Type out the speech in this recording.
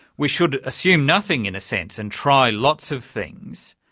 we should assume nothing in a sense and try lots of things.